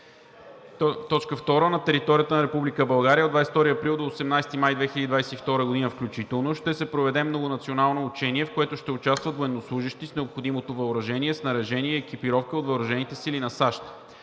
работи. 2. На територията на Република България от 22 април до 18 май 2022 г. включително ще се проведе многонационално учение, в което ще участват военнослужещи с необходимото въоръжение, снаряжение и екипировка от въоръжените сили на САЩ,